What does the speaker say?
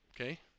Okay